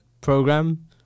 program